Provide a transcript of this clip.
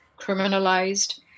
criminalized